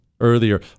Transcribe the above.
earlier